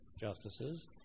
justices